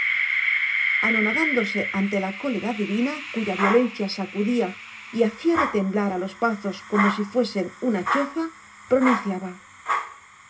el trisagio misterioso anonadándose ante la cólera divina cuya violencia sacudía y hacía retemblar a los pazos como si fuesen una choza pronunciaba